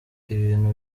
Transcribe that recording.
ibintu